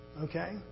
okay